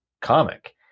comic